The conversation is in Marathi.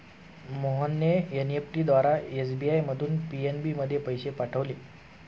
मोहनने एन.ई.एफ.टी द्वारा एस.बी.आय मधून पी.एन.बी मध्ये पैसे पाठवले